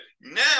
now